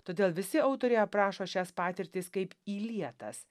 todėl visi autoriai aprašo šias patirtis kaip įlietas